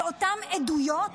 באותן עדויות,